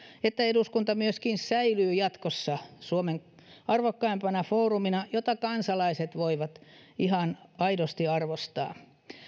että eduskunta myöskin säilyy jatkossa suomen arvokkaimpana foorumina jota kansalaiset voivat ihan aidosti arvostaa